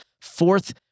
fourth